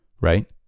Right